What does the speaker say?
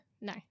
No